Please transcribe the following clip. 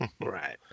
Right